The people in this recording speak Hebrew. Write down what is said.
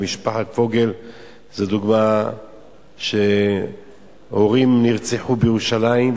ומשפחת פוגל זו דוגמה שהורים נרצחו בירושלים,